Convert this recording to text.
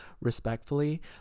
respectfully